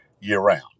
year-round